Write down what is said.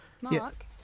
Mark